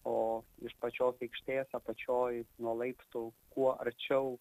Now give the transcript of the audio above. o iš pačios aikštės apačioj nuo laiptų kuo arčiau